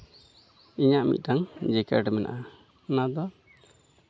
ᱤᱧᱟᱹᱜ ᱢᱤᱫᱴᱟᱱ ᱡᱮᱠᱮᱴ ᱢᱮᱱᱟᱜᱼᱟ ᱚᱱᱟ ᱫᱚ